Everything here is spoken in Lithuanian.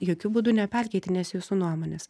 jokiu būdu neperkeitinėsiu jūsų nuomonės